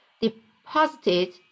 deposited